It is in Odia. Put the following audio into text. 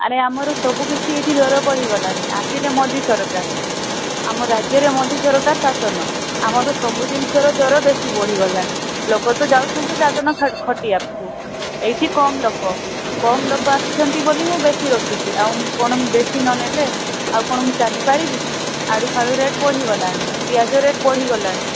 ଆରେ ଆମର ସବୁକିଛି ଏଇଠି ଦର ବଢ଼ିଗଲାଣି ଆସିଲେ ମୋଦି ସରକାର ଆମ ରାଜ୍ୟରେ ମୋଦି ସରକାର ଶାସନ ଆମର ସବୁ ଜିନିଷର ଦର ବେଶୀ ବଢ଼ିଗଲାଣି ଲୋକ ତ ଯାଉଛନ୍ତି ଦାଦନ ଖଟିବାକୁ ଏଇଠି କମ୍ ଲୋକ କମ୍ ଲୋକ ଆସୁଛନ୍ତି ବୋଲି ମୁଁ ବେଶୀ ରଖିଛି ଆଉ ମୁଁ କ'ଣ ବେଶୀ ନ ନେଲେ ଆଉ କ'ଣ ମୁଁ ଚାଲିପାରିବି କି ଆଳୁ ଫାଳୁ ରେଟ୍ ବଢ଼ିଗଲାଣି ପିଆଜ ରେଟ୍ ବଢ଼ିଗଲାଣି